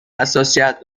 حساسیت